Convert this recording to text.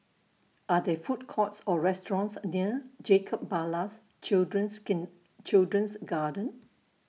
Are There Food Courts Or restaurants near Jacob Ballas Children's Children's Garden